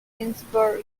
innsbruck